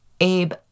Abe